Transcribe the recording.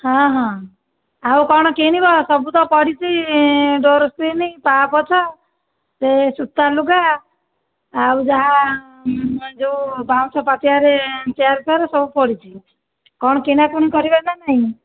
ହଁ ହଁ ଆଉ କଣ କିଣିବ ସବୁତ ପଡ଼ିଛି ଡୋର ସ୍କ୍ରିନ୍ ପାପୋଛ ସେ ସୂତା ଲୁଗା ଆଉ ଯାହା ଯେଉଁ ବାଉଁଶ ପାତିଆରେ ଚେୟାର ଫେୟାର ସବୁ ପଡ଼ିଛି କଣ କିଣାକିଣି କରିବା ନା ନାଇଁ